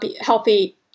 healthy